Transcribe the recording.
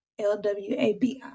LWABI